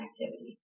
activity